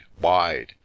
wide